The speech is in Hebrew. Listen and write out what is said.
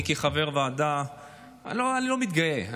אני כחבר ועדה לא מתגאה,